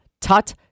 Tut